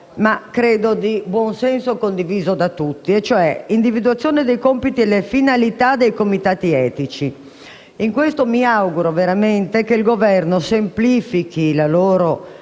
ma credo di buonsenso e condiviso da tutti: l'individuazione dei compiti e delle finalità dei comitati etici. Mi auguro veramente che il Governo semplifichi la loro